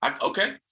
okay